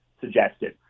suggested